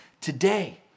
today